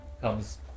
comes